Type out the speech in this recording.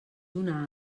una